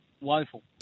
woeful